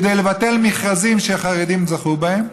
כדי לבטל מכרזים שחרדים זכו בהם,